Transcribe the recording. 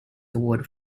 award